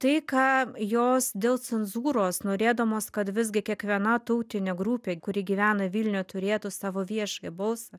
tai ką jos dėl cenzūros norėdamos kad visgi kiekviena tautinė grupė kuri gyvena vilniuje turėtų savo viešąjį balsą